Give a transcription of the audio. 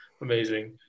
amazing